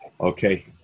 Okay